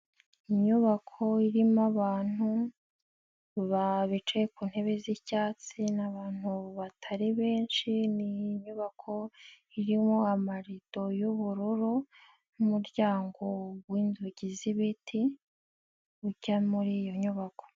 Inyubako irimo abantu. Ba bicaye ku ntebe z'icyatsi n'abantu batari benshi ni inyubako, irimo amarido y'ubururu, n'umuryango w'inzugi z'ibiti. Ujya muri iyo nyubako.